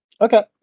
Okay